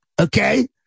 Okay